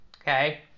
Okay